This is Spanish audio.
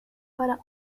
para